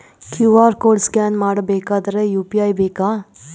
QR code scan ಮಾಡಬೇಕಾದರೆ UPI ಬೇಕಾ?